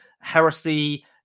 heresy